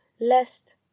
lest